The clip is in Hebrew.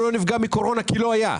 הוא לא נפגע מקורונה כי היא לא הייתה.